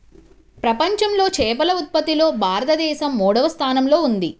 ప్రపంచంలో చేపల ఉత్పత్తిలో భారతదేశం మూడవ స్థానంలో ఉంది